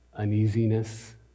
uneasiness